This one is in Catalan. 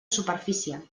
superfície